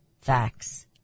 facts